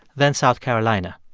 then south carolina.